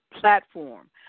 platform